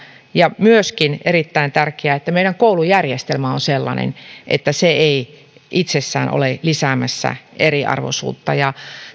ja myöskin on erittäin tärkeää että meidän koulujärjestelmämme on sellainen että se ei itsessään ole lisäämässä eriarvoisuutta